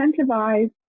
incentivize